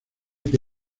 que